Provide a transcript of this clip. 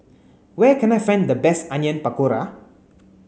where can I find the best Onion Pakora